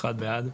הצבעה בעד,